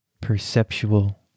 perceptual